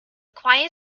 quiet